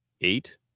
eight